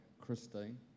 Christine